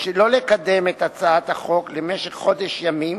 שלא לקדם את הצעת החוק למשך חודש ימים,